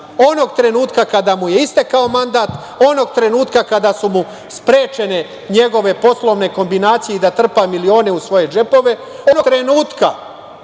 trenutka kada mu je istekao mandat, onog trenutka kada su mu sprečene njegove poslovne kombinacije i da trpa milione u svoje džepove, onog trenutka